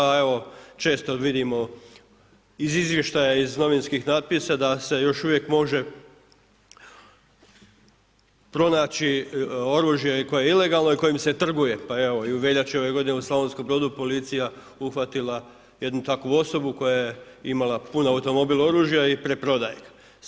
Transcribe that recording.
A evo, često vidimo iz izvještaja iz novinskih natpisa da se još uvijek može pronaći oružje koje je ilegalno i kojim se trguje, pa evo i u veljači ove godine u Slavonskom Brodu policija je uhvatila jednu takvu osobu koja je imala pun automobil oružja i preprodaje ga.